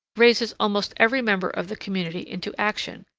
raises almost every member of the community into action,